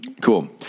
Cool